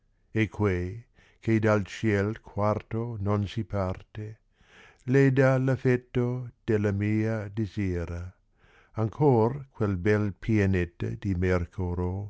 e quei che dal ciel quarto non si parte le dà p effetto della mia desira ancor quel bel pianeta di